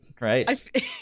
right